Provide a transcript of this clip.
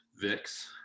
Vix